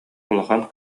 улахан